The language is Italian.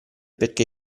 perché